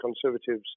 Conservatives